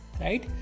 Right